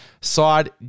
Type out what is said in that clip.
Side